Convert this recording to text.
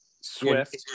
Swift